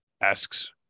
asks